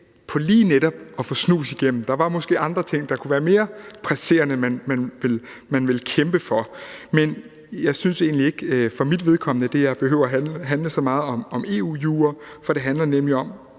på lige netop at få snus igennem. Der var måske andre ting, der kunne være mere presserende at kæmpe for. Men jeg synes egentlig ikke, at det her behøver at handle så meget om EU-jura, for det handler nemlig for